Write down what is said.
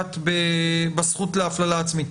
פוגעת בזכות להפללה עצמית.